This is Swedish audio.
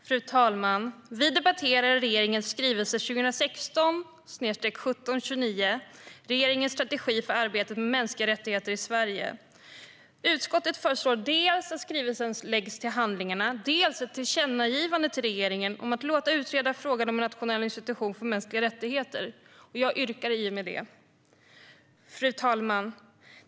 Fru talman! Vi debatterar regeringens skrivelse 2016/17:29 Regeringens strategi för det nationella arbetet med mänskliga rättigheter . Utskottet föreslår dels att skrivelsen läggs till handlingarna, dels ett tillkännagivande till regeringen om att låta utreda frågan om en nationell institution för mänskliga rättigheter. Jag yrkar därmed bifall till utskottets förslag i betänkandet. Fru talman!